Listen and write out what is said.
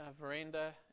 veranda